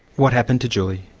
what happened to julie?